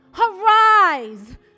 Arise